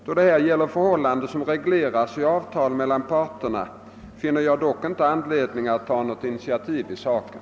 Då det här gäller förhållanden som regleras i avtal mellan parterna finner jag dock inte anledning att ta något initiativ i saken.